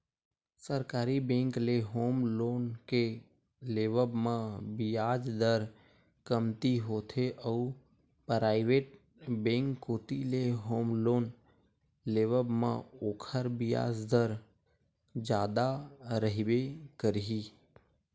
सरकारी बेंक ले home loan के लेवब म बियाज दर कमती होथे अउ पराइवेट बेंक कोती ले होम लोन लेवब म ओखर बियाज दर जादा रहिबे करही